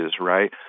right